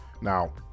Now